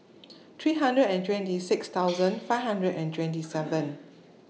three hundred and twenty six thousand five hundred and twenty seven